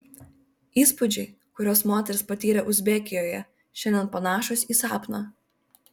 įspūdžiai kuriuos moteris patyrė uzbekijoje šiandien panašūs į sapną